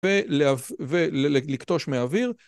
ולכתוש מהאוויר.